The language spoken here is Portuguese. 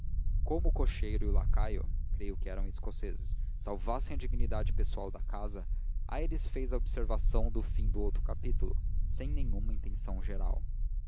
como o cocheiro e o lacaio creio que eram escoceses salvassem a dignidade pessoal da casa aires fez a observação do fim do outro capítulo sem nenhuma intenção geral